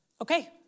Okay